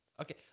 Okay